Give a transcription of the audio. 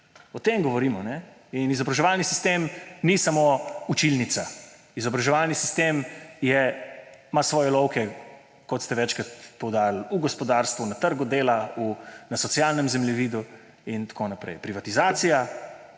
O tem govorimo ‒ ne? In izobraževalni sistem ni samo učilnica, izobraževalni sistem ima svoje lovke, kot ste večkrat poudarili, v gospodarstvu, na trgu dela, na socialnem zemljevidu in tako naprej. Privatizacija